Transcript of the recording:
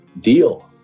deal